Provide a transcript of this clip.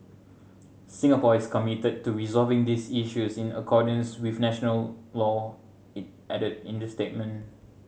Singapore is committed to resolving these issues in accordance with international law it added in the statement